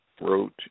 wrote